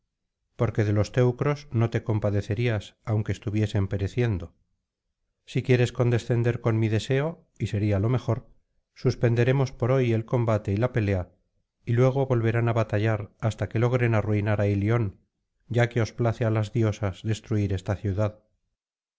porque de los teneros no te compadecerías aunque estuviesen pereciendo si quieres condescender cojí mi deseo y sería lo mejor suspenderemos por hoy el combate y la pelea y luego volverán á batallar hasta que logren arruinar á ilion ya que os place á las diosas destruir esta ciudad